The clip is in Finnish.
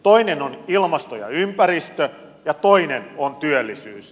toinen on ilmasto ja ympäristö ja toinen on työllisyys